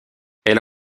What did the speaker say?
elle